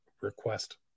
request